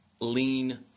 lean